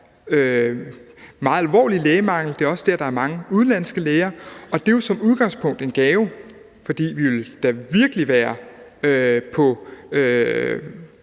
meget alvorlig lægemangel, at der også er mange udenlandske læger. Og det er jo som udgangspunkt en gave, for vi ville da virkelig være på